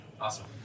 Awesome